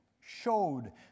showed